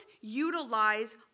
utilize